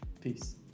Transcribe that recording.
Peace